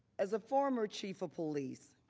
as a former chief of police,